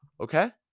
Okay